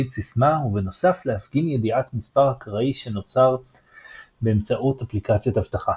סיסמה ובנוסף להפגין ידיעת מספר אקראי שנוצר באמצעות אפליקציית אבטחה.